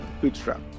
bootstrap